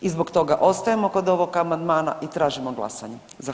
I zbog toga ostajemo kod ovog amandmana i tražimo glasanje.